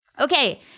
Okay